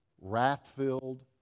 wrath-filled